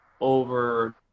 over